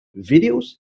videos